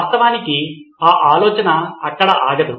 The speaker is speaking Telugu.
వాస్తవానికి ఆ ఆలోచన అక్కడ ఆగదు